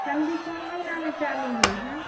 ठण्डी कोन महिनामे चालू होइ हइ